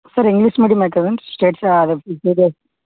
sir English మీడియమే కదా అండి స్టేట్స్